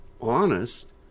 honest